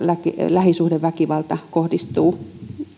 lähisuhdeväkivalta kohdistuu